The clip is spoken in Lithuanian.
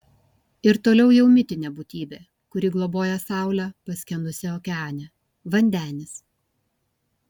ir toliau jau mitinė būtybė kuri globoja saulę paskendusią okeane vandenis